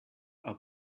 are